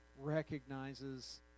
recognizes